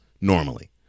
normally